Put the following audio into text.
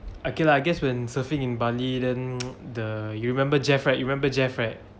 okay lah I guess when surfing in bali then the you remember jeff right you remember jeff right